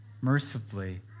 mercifully